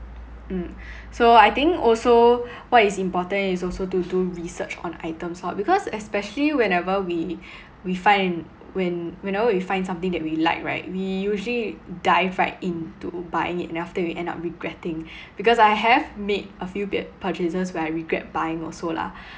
mm so I think also what is important is also to do research on items lor because especially whenever we we find when whenever we find something that we like right we usually dive right into buying it then after that we end up regretting because I have made a few pur~ purchases where I regret buying also lah